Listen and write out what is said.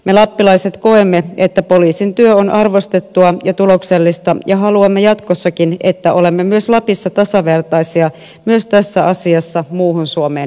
me lappilaiset koemme että poliisin työ on arvostettua ja tuloksellista ja haluamme jatkossakin että olemme myös lapissa tasavertaisia myös tässä asiassa muuhun suomeen verrattuna